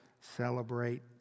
celebrate